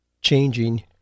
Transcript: changing